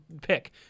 pick